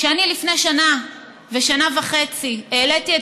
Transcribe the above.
כשאני לפני שנה ושנה וחצי העליתי את